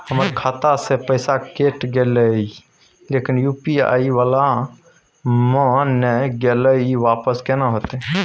हमर खाता स पैसा कैट गेले इ लेकिन यु.पी.आई वाला म नय गेले इ वापस केना होतै?